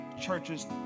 churches